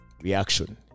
reaction